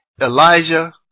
Elijah